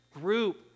group